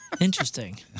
Interesting